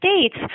States